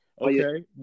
Okay